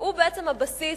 שהוא בעצם הבסיס